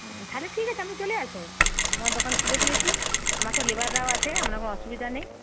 হুম তাহলে ঠিক আছে আপনি চলে আসুন আমার দোকান খুলে দিয়েছি আমার সব লেবাররাও আছে আপনার কোনো অসুবিধা নেই